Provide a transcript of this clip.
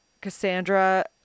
Cassandra